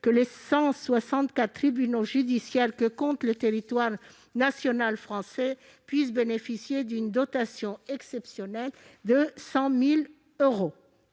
que les 164 tribunaux judiciaires que compte le territoire national puissent bénéficier d'une dotation exceptionnelle de 100 000 euros.